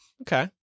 Okay